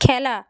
খেলা